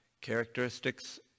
characteristics